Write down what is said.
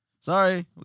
Sorry